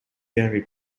dairy